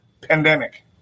pandemic